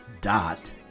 dot